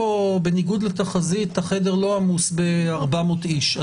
בניגוד לתחזית, החדר לא עמוס עם 400 איש.